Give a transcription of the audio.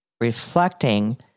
reflecting